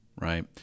right